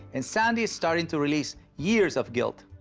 and sandy is starting to release years of guilt.